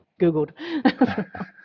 googled